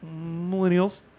millennials